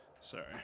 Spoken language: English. Sorry